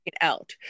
out